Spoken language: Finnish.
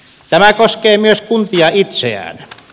tämä koskee myös kuntia itseään